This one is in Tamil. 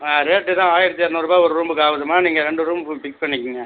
ரேட்டு தான் ஆயிரத்தி இருநூறுபா ஒரு ரூமுக்கு ஆகுதும்மா நீங்கள் ரெண்டு ரூம்முக்கு ஃபிக்ஸ் பண்ணிக்குங்க